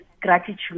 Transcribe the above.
gratitude